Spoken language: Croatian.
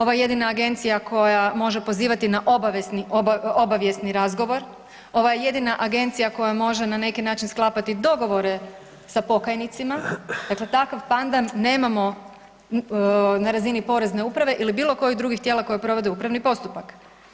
Ovo je jedina agencija koja može pozivati na obavijesni razgovor, ovo je jedina agencija koja može na neki način sklapati dogovore sa pokajnicima, dakle takav pandam nemamo na razini porezne uprave ili bilo kojih drugih tijela koja provode upravni postupak.